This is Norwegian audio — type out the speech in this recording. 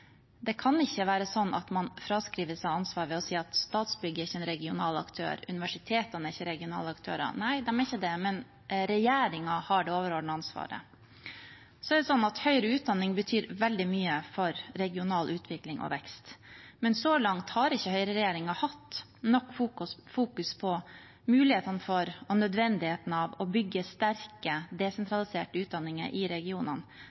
Det kan ikke være sånn at man fraskriver seg ansvar ved å si at Statsbygg ikke er en regional aktør, og at universitetene ikke er regionale aktører. Nei, de er ikke det, men regjeringen har det overordnede ansvaret. Høyere utdanning betyr veldig mye for regional utvikling og vekst, men så langt har ikke høyreregjeringen fokusert nok på mulighetene for og nødvendigheten av å bygge sterke, desentraliserte utdanninger i regionene,